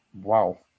Wow